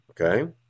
Okay